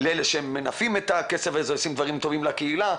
לאלה שממנפים את הכסף הזה ועושים דברים טובים למען הקהילה,